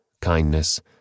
kindness